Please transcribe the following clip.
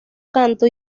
canto